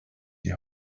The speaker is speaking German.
die